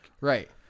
Right